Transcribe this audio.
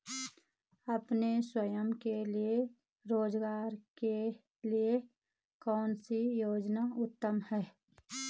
अपने स्वयं के रोज़गार के लिए कौनसी योजना उत्तम है?